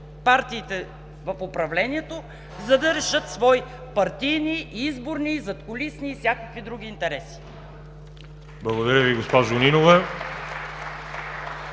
партиите в управлението, за да решат свои партийни, изборни, задкулисни и всякакви други интереси. (Ръкопляскания